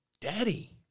daddy